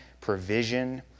provision